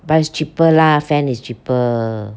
but it's cheaper lah fan is cheaper